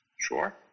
Sure